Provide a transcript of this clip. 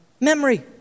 memory